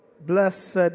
Blessed